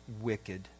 wicked